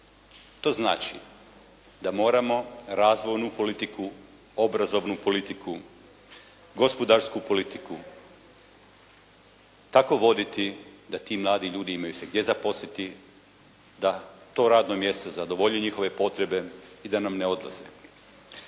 To znači da moramo razvojnu politiku, obrazovnu politiku, gospodarsku politiku tako voditi da ti mladi ljudi imaju se gdje zaposliti, da to radno mjesto zadovolji njihove potrebe i da nam ne odlaze.